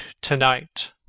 to-night